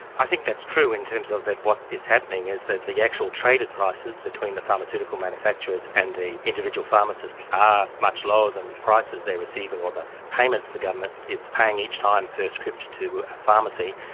i think that's true in terms of that what is happening is that the actual traded prices between the pharmaceutical manufacturers and the individual pharmacists are much lower than the prices they're receiving, or the payments the government is paying each time per script to a pharmacy.